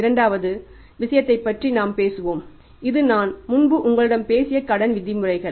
இரண்டாவது விஷயத்தைப் பற்றி நாம் பேசுவோம் இது நான் முன்பு உங்களிடம் பேசிய கடன் விதிமுறைகள்